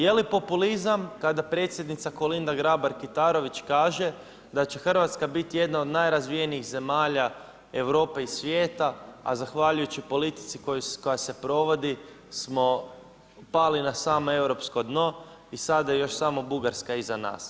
Jeli populizam kada predsjednica KOlinda Grabar Kitarović kaže da će Hrvatska biti jedna od najrazvijenijih zemalja Europe i svijeta, a zahvaljujući politici koja se provodi smo pali na samo europsko dno i sada je još samo Bugarska iza nas.